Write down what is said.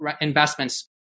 investments